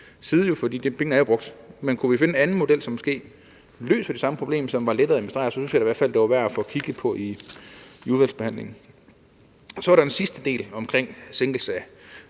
side, for pengene er jo brugt. Men kunne vi finde en anden model, som måske løser det samme problem, og som var lettere at administrere, så synes jeg da i hvert fald, at det var værd at få kigget på i udvalgsbehandlingen. Så er der den sidste del om sænkelse af